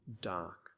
dark